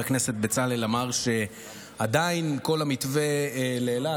הכנסת בצלאל אמר שעדיין כל המתווה לאילת,